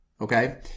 Okay